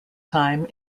time